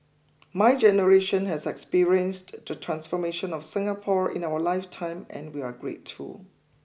my generation has experienced the transformation of Singapore in our life time and we are grateful